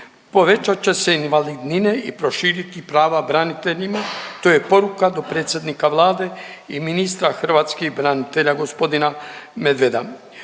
Povećat će se invalidnine i proširiti prava braniteljima, to je poruka dopredsjednika Vlade i ministra hrvatskih branitelja gospodina Medveda.